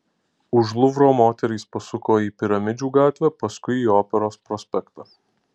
už luvro moterys pasuko į piramidžių gatvę paskui į operos prospektą